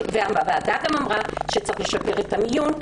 הוועדה אמרה גם שצריך לשפר את המיון,